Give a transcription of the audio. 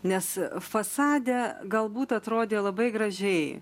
nes fasade galbūt atrodė labai gražiai